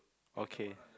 okay